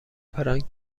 فرانک